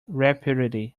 rapidity